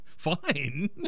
Fine